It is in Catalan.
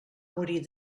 morir